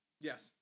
Yes